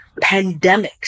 pandemics